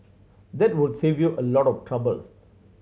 that would save you a lot of troubles